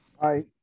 Hi